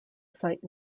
site